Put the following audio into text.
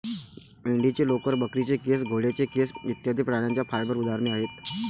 मेंढीचे लोकर, बकरीचे केस, घोड्याचे केस इत्यादि प्राण्यांच्या फाइबर उदाहरणे आहेत